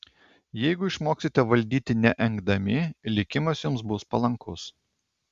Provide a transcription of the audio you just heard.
jeigu išmoksite valdyti neengdami likimas jums bus palankus